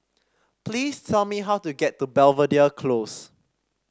please tell me how to get to Belvedere Close